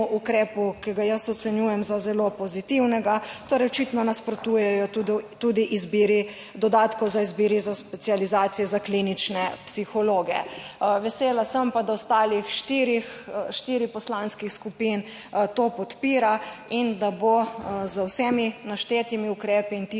ukrepu, ki ga jaz ocenjujem za zelo pozitivnega, torej očitno nasprotujejo tudi izbiri dodatkov za izbiri specializacije za klinične psihologe. Vesela sem pa, da ostalih štirih poslanskih skupin to podpira in da bo z vsemi naštetimi ukrepi in